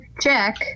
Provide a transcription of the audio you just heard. check